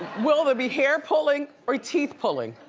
will there be hair pulling or teeth pulling?